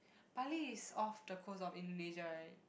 Bali is off the coast of Indonesia right